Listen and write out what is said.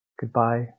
goodbye